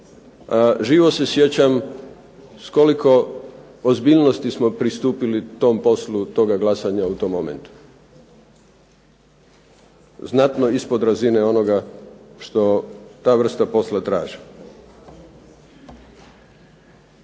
živo se sjećam s koliko ozbiljnosti smo pristupili tom poslu tog glasanja u tom momentu. Znatno ispod razine onoga što ta vrsta posla traži.